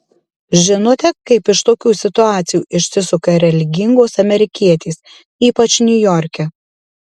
žinote kaip iš tokių situacijų išsisuka religingos amerikietės ypač niujorke